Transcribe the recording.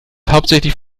hauptsächlich